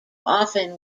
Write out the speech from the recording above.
often